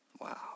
Wow